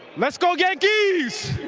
let's go yankees!